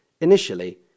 Initially